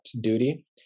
duty